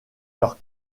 leurs